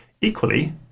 equally